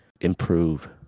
improve